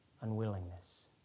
unwillingness